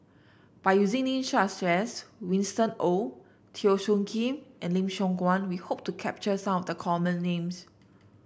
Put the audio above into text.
by using names such as Winston Oh Teo Soon Kim and Lim Siong Guan we hope to capture some of the common names